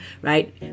right